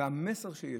והמסר שיש,